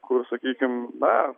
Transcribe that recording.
kur sakykim na